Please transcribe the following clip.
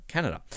Canada